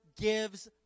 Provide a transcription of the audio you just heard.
gives